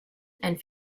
and